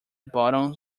bottom